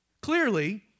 Clearly